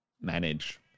manage